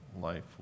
life